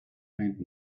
faint